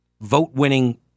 vote-winning